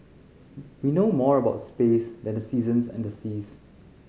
we know more about space than the seasons and the seas